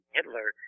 Hitler